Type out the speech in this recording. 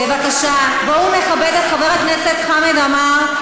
בבקשה, בואו נכבד את חבר הכנסת חמד עמאר.